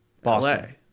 Boston